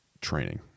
training